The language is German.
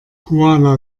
kuala